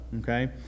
okay